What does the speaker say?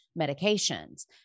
medications